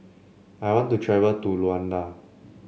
I want to travel to Luanda